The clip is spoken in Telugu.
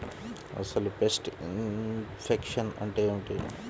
అసలు పెస్ట్ ఇన్ఫెక్షన్ అంటే ఏమిటి?